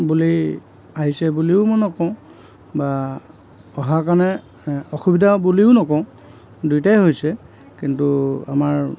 বুলি আহিছে বুলিও মই নকওঁ বা অহাৰ কাৰণে অসুবিধা বুলিও নকওঁ দুইটাই হৈছে কিন্তু আমাৰ